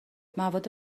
مواد